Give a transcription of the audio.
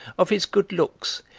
of his good looks,